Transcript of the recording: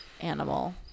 animal